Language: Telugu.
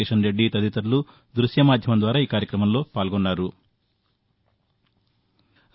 కిషన్రెడ్డి తదితరులు ద్బశ్యమాధ్యమం ద్వారా ఈ కార్యక్రమంలో పాల్గొన్నారు